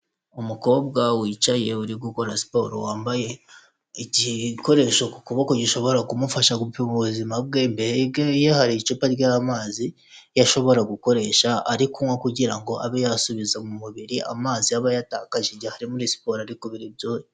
Umukobwa wicaye uri gukora siporo wambaye igikoresho ku kuboko gishobora kumufasha gupima ubuzima bwe, mbere ye hari icupa ry'amazi yo ashobora gukoresha ari kunywa kugira ngo abe yasubiza umubiri amazi yaba yatakaje ari muri siporo ari kubira ibyuya.